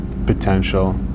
Potential